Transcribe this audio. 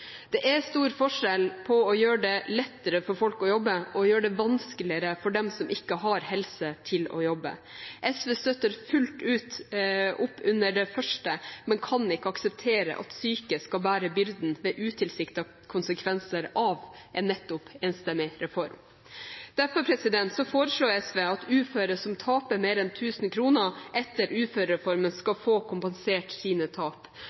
Det er stor forskjell på å gjøre det lettere for folk å jobbe og å gjøre det vanskeligere for dem som ikke har helse til å jobbe. SV støtter fullt opp under det første, men kan ikke akseptere at syke skal bære byrden ved utilsiktede konsekvenser av nettopp en enstemmig reform. Derfor foreslår SV at uføre som taper mer enn 1 000 kr etter uførereformen, skal få kompensert sine tap.